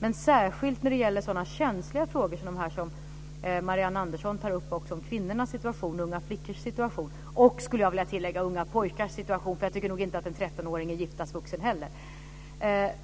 Det är känsliga frågor som Marianne Andersson tar upp, kvinnors situation, unga flickors situation och - skulle jag vilja tillägga - unga pojkars situation. Jag tycker inte att en 13-åring är giftasvuxen heller.